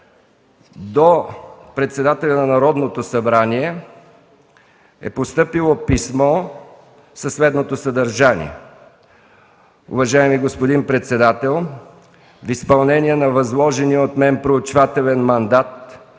До председателя на Народното събрание е постъпило писмо със следното съдържание: „Уважаеми господин председател, В изпълнение на възложения от мен проучвателен мандат,